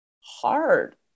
hard